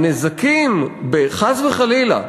הנזקים, חס וחלילה: